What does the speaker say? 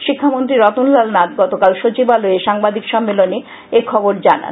শিক্ষামন্ত্রী রতনলাল নাথ গতকাল সচিবালয়ে সাংবাদিক সম্মেলনে এথবর জানান